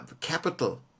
capital